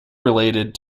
related